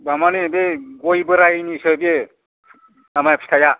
दामआ नै बे गय बोरायनिसो बेयो तारमाने फिथाइआ